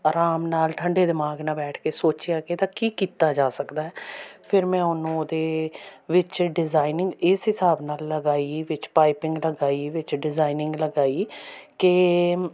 ਆਰਾਮ ਨਾਲ ਠੰਡੇ ਦਿਮਾਗ ਨਾਲ ਬੈਠ ਕੇ ਸੋਚਿਆ ਕਿ ਇਹਦਾ ਕੀ ਕੀਤਾ ਜਾ ਸਕਦਾ ਹੈ ਫਿਰ ਮੈਂ ਉਹਨੂੰ ਉਹਦੇ ਵਿੱਚ ਡਿਜ਼ਾਇਨਿੰਗ ਇਸ ਹਿਸਾਬ ਨਾਲ ਲਗਾਈ ਵਿੱਚ ਪਾਈਪਿੰਗ ਲਗਾਈ ਵਿੱਚ ਡਿਜ਼ਾਇਨਿੰਗ ਲਗਾਈ ਕਿ